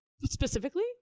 Specifically